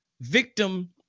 victim